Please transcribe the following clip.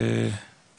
והוא